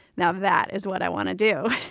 now that is what i want to do.